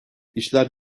işler